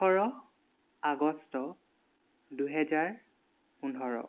ওঠৰ আগষ্ট দুহেজাৰ পোন্ধৰ